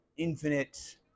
infinite